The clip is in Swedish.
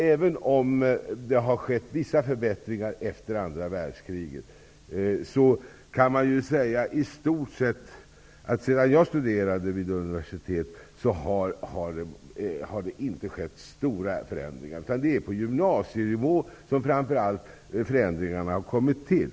Även om det har skett vissa förbättringar på detta område efter andra världskriget, har det ju trots allt sedan jag studerade vid universitetet inte skett några stora förändringar. Det är framför allt på gymnasienivå som förändringar har kommit till.